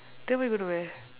then what you gonna wear